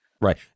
Right